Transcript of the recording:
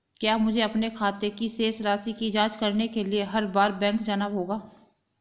क्या मुझे अपने खाते की शेष राशि की जांच करने के लिए हर बार बैंक जाना होगा?